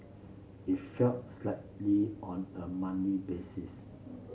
it fell slightly on a monthly basis